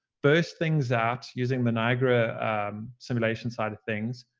burst things out using the niagara simulation side of things,